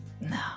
No